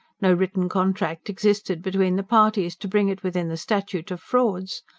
no written contract existed between the parties, to bring it within the statute of frauds.